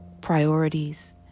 priorities